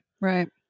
right